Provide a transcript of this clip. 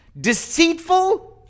Deceitful